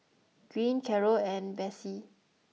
green Carroll and Besse